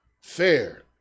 fair